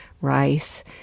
rice